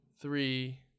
three